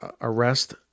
arrest